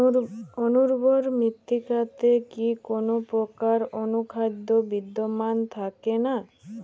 অনুর্বর মৃত্তিকাতে কি কোনো প্রকার অনুখাদ্য বিদ্যমান থাকে না?